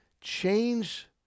Change